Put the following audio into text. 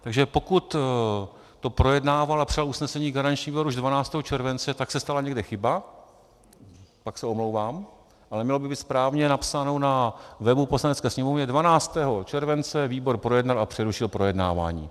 Takže pokud to projednával a přijal usnesení garanční výbor už 12. července, tak se stala někde chyba, pak se omlouvám, ale mělo by být správně napsáno na webu Poslanecké sněmovny, 12. července výbor projednal a přerušil projednávání.